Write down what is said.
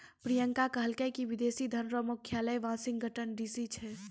प्रियंका कहलकै की विदेशी धन रो मुख्यालय वाशिंगटन डी.सी छै